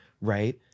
right